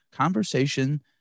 Conversation